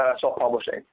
self-publishing